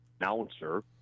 announcer